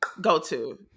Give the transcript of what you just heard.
go-to